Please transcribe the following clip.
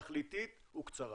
תכליתית וקצרה.